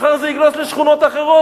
מחר זה יגלוש לשכונות אחרות.